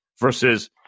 versus